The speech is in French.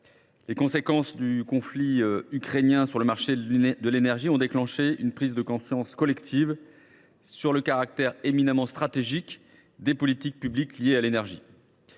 les conséquences du conflit ukrainien sur le marché de l’énergie ont déclenché une prise de conscience collective sur le caractère éminemment stratégique des politiques publiques liées à l’énergie.